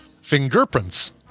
Fingerprints